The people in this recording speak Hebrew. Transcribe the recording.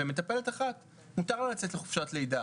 ומטפלת אחת יוצאת לחופשת לידה,